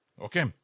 Okay